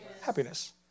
Happiness